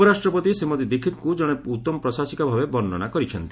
ଉପରାଷ୍ଟ୍ରପତି ଶ୍ରୀମତୀ ଦୀକ୍ଷିତ୍ଙ୍କୁ ଜଣେ ଉତ୍ତମ ପ୍ରଶାସିକା ଭାବେ ବର୍ଷ୍ଣନା କରିଛନ୍ତି